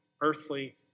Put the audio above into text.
earthly